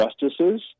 justices